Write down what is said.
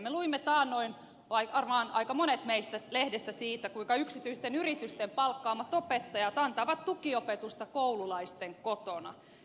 me luimme taannoin varmaan aika monet meistä lehdestä siitä kuinka yksityisten yritysten palkkaamat opettajat antavat tukiopetusta koululaisten kotona